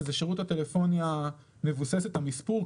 שזה שירות הטלפוניה מבוססת המספור.